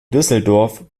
düsseldorf